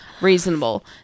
Reasonable